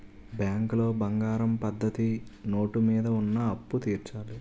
బ్యాంకులో బంగారం పద్ధతి నోటు మీద ఉన్న అప్పు తీర్చాలి